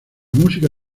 música